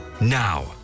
now